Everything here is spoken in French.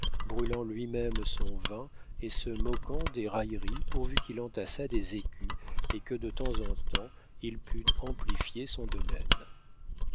brûlant lui-même son vin et se moquant des railleries pourvu qu'il entassât des écus et que de temps en temps il pût amplifier son domaine